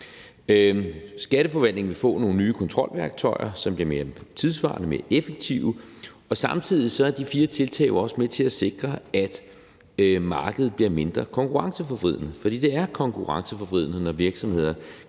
Skatteforvaltningen vil få nogle nye kontrolværktøjer, som bliver mere tidssvarende og mere effektive, og samtidig er de fire tiltag jo også med til at sikre, at markedet bliver mindre konkurrenceforvridende. For det er konkurrenceforvridende, når virksomheder